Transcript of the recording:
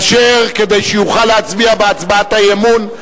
אשר כדי שיוכל להצביע בהצבעת האי-אמון,